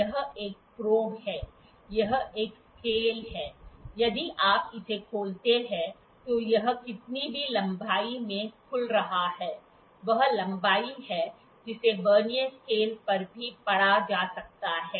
यह एक प्रोब है यह एक स्केल है यदि आप इसे खोलते हैं तो यह कितनी भी लंबाई में खुल रहा है वह लंबाई है जिसे वर्नियर स्केल पर भी पढ़ा जा सकता है